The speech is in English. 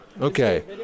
okay